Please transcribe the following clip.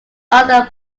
other